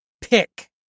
pick